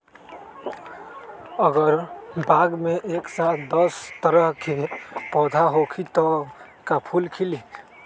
अगर बाग मे एक साथ दस तरह के पौधा होखि त का फुल खिली?